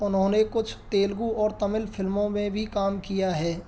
उन्होंने कुछ तेलगु और तमिल फ़िल्मों में भी काम किया है